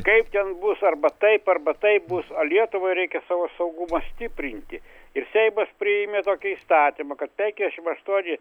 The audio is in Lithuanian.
kaip ten bus arba taip arba taip bus a lietuvai reikia savo saugumą stiprinti ir seimas priėmė tokį įstatymą kad penkiasšim aštuoni